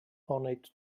ornate